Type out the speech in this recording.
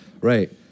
Right